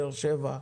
באר שבע,